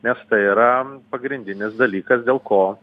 nes tai yra pagrindinis dalykas dėl ko